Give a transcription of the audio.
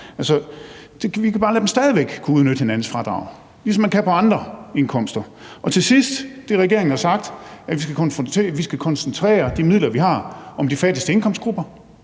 Vi kan stadig væk lade dem udnytte hinandens fradrag, ligesom man kan på andre indkomster. Til sidst: Regeringen har sagt, at vi skal koncentrere de midler, vi har, om de fattigste indkomstgrupper.